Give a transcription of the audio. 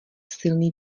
silný